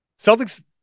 Celtics